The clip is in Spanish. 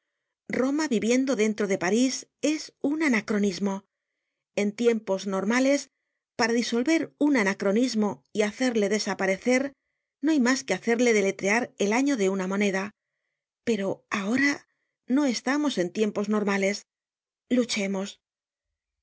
roma viviendo dentro de parís es un anacronismo en tiempos normales para disolver un anacronismo y hacerle desaparecer no hay mas que hacerle deletrear el año de una moneda pero ahora no estamos en tiempos normales luchemos